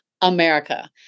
America